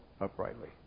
uprightly